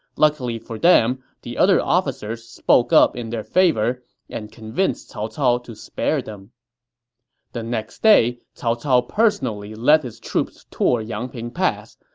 luckily for them, the other officers spoke up in their favor and convinced cao cao to spare them the next day, cao cao personally led his troops toward yangping pass.